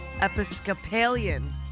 Episcopalian